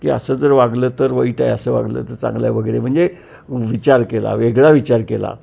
की असं जर वागलं तर वाईट आहे असं वागलं तर चांगलं आहे वगैरे म्हणजे विचार केला वेगळा विचार केला